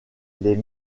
les